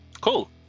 Cool